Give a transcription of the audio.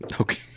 Okay